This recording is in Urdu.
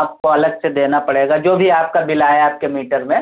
آپ کو الگ سے دینا پڑے گا جو بھی آپ کا بل آئے آپ کے میٹر میں